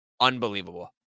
unbelievable